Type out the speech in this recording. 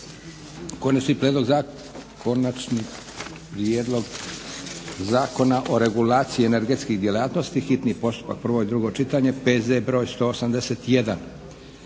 Konačni prijedlog zakona o regulaciji energetskih djelatnosti, hitni postupak, prvo i drugo čitanje, PZ br. 181